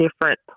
different